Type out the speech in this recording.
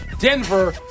Denver